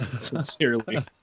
Sincerely